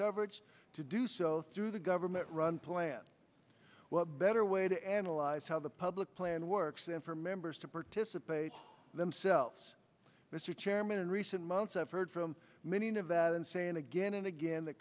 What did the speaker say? coverage to do so through the government run plan what better way to analyze how the public plan works than for members to participate themselves mr chairman in recent months i've heard from many nevadans say and again and again that